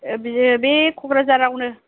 बे क'क्राझारावनो